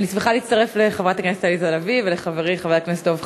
אני שמחה להצטרף לחברת הכנסת עליזה לביא ולחברי חבר הכנסת דב חנין,